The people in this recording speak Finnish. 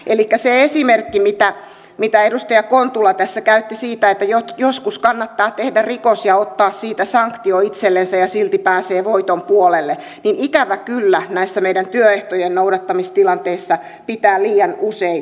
elikkä se esimerkki mitä edustaja kontula tässä käytti siitä että joskus kannattaa tehdä rikos ja ottaa siitä sanktio itsellensä ja silti pääsee voiton puolelle ikävä kyllä näissä meidän työehtojen noudattamistilanteissa pitää liian usein paikkansa